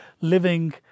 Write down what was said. living